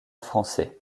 français